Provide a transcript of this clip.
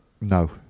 No